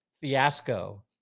fiasco